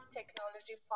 Technology